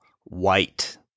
White